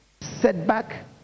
setback